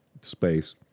space